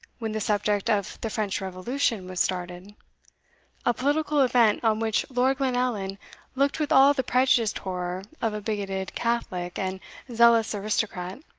when the subject of the french revolution was started a political event on which lord glenallan looked with all the prejudiced horror of a bigoted catholic and zealous aristocrat.